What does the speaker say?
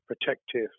protective